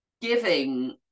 giving